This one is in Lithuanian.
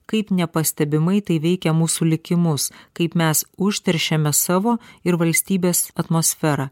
kaip nepastebimai tai veikia mūsų likimus kaip mes užteršiame savo ir valstybės atmosferą